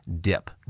dip